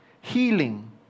Healing